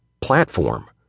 platform